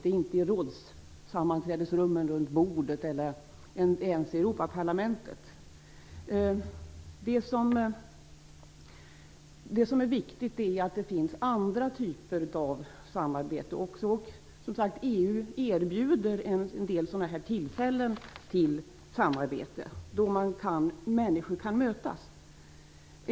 Det är inte runt bordet i rådssammanträdesrummen, eller ens i Europaparlamentet. Det viktiga är att det finns andra typer av samarbete också. EU erbjuder som sagt en del tillfällen till samarbete då människor kan mötas.